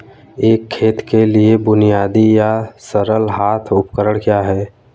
एक खेत के लिए बुनियादी या सरल हाथ उपकरण क्या हैं?